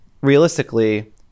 realistically